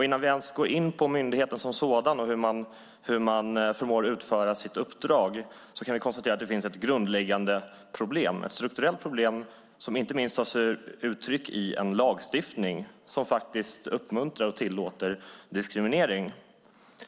Innan vi ens går in på myndigheten som sådan och hur den förmår utföra sitt uppdrag kan vi konstatera att det finns ett grundläggande problem - ett strukturellt problem som inte minst tar sig uttryck i en lagstiftning som uppmuntrar och tillåter diskriminering.